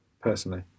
Personally